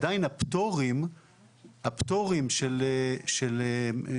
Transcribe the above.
עדיין חלים הפטורים של המכרזים.